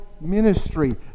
ministry